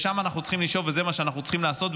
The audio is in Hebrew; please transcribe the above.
לשם אנחנו צריכים לשאוף וזה מה שאנחנו צריכים לעשות.